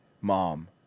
mom